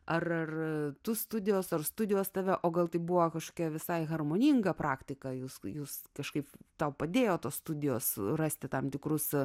ar tu studijos ar studijos tave o gal tai buvo kažkokia visai harmoninga praktiką jūs jūs kažkaip tau padėjo tos studijos rasti tam tikrus